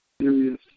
Serious